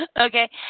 Okay